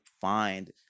find